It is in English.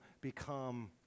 become